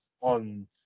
on